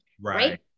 Right